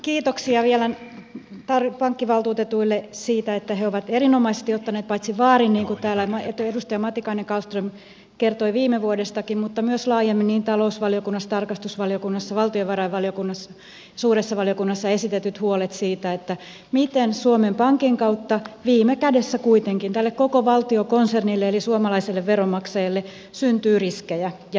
kiitoksia vielä pankkivaltuutetuille siitä että he ovat erinomaisesti ottaneet vaarin paitsi niin kuin täällä edustaja matikainen kallström kertoi viime vuodesta niin myös laajemmin talousvaliokunnassa tarkastusvaliokunnassa valtiovarainvaliokunnassa ja suuressa valiokunnassa esitetyt huolet siitä miten suomen pankin kautta viime kädessä kuitenkin tälle koko valtiokonsernille eli suomalaisille veronmaksajille syntyy riskejä ja vastuita